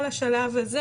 כל השלב הזה